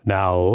now